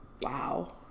Wow